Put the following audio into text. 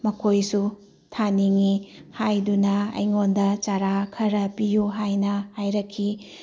ꯃꯈꯣꯏꯁꯨ ꯊꯥꯅꯤꯡꯏ ꯍꯥꯏꯗꯨꯅ ꯑꯩꯉꯣꯟꯗ ꯆꯔꯥ ꯈꯔ ꯄꯤꯌꯨ ꯍꯥꯏꯅ ꯍꯥꯏꯔꯛꯈꯤ